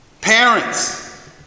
Parents